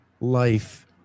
life